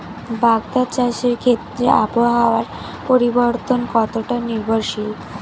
বাগদা চাষের ক্ষেত্রে আবহাওয়ার পরিবর্তন কতটা নির্ভরশীল?